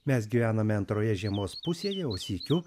mes gyvename antroje žiemos pusėje o sykiu